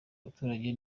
abaturage